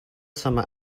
summer